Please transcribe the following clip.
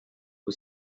who